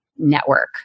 network